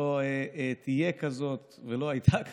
לא תהיה כזאת ולא הייתה כזאת.